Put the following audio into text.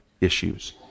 issues